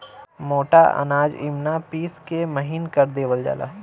मोटा अनाज इमिना पिस के महीन कर देवल जाला